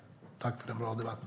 Tack för en bra debatt!